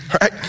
right